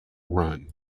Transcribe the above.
run